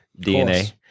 DNA